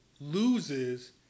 loses